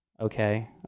okay